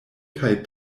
kaj